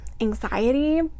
anxiety